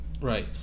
Right